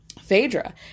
Phaedra